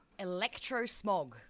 Electrosmog